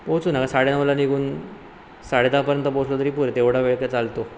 पोहचू ना साडे नऊला निघून साडे दहापर्यंत पोहचलं तरी पुरे तेवढा वेळ काय चालतो